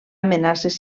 amenaces